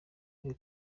ari